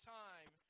time